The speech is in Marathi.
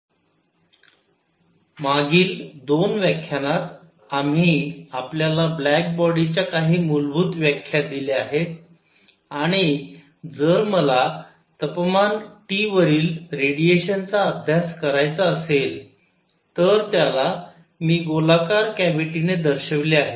black body radiation III spectral energy density and radiation pressure inside a black body radiation मागील दोन व्याख्यानात आम्ही आपल्याला ब्लॅक बॉडीच्या काही मूलभूत व्याख्या दिल्या आहेत आणि जर मला तपमान T वरील रेडिएशनचा अभ्यास करायचा असेल तर त्याला मी गोलाकार कॅव्हिटीने दर्शविले आहे